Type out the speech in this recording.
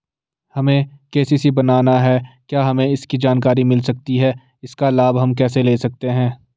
हमें के.सी.सी बनाना है क्या हमें इसकी जानकारी मिल सकती है इसका लाभ हम कैसे ले सकते हैं?